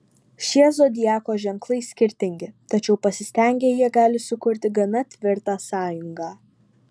šie zodiako ženklai skirtingi tačiau pasistengę jie gali sukurti gana tvirtą sąjungą